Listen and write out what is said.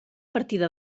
partida